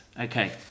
Okay